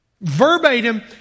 verbatim